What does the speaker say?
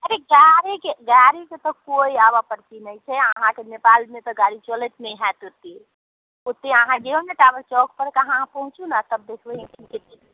अरे गाड़ीके गाड़ीके तऽ कोइ आबऽ पर्ची नहि छै अहाँकेँ नेपालमे तऽ गाड़ी चलैत नहि होएत एत्ते ओत्ते आहाँ जैयौ ने टावर चौक पर अहाँ पहुँचू ने तब देखबै